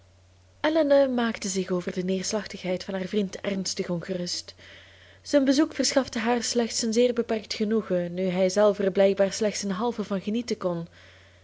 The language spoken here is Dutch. elinor maakte zich over de neerslachtigheid van haar vriend ernstig ongerust zijn bezoek verschafte haar slechts een zeer beperkt genoegen nu hij zelf er blijkbaar slechts ten halve van genieten kon